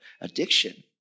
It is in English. addiction